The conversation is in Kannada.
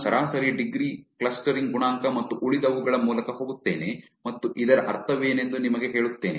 ನಾನು ಸರಾಸರಿ ಡಿಗ್ರಿ ಕ್ಲಸ್ಟರಿಂಗ್ ಗುಣಾಂಕ ಮತ್ತು ಉಳಿದವುಗಳ ಮೂಲಕ ಹೋಗುತ್ತೇನೆ ಮತ್ತು ಇದರ ಅರ್ಥವೇನೆಂದು ನಿಮಗೆ ಹೇಳುತ್ತೇನೆ